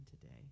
today